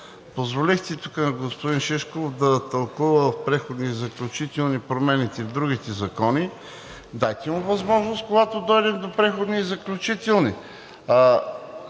Позволихте господин Шишков да тълкува в Преходни и заключителни разпоредби промените в другите закони. Дайте му възможност, когато дойдем до Преходни и заключителни